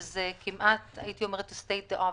שזה כמעט לומר את המובן מאליו?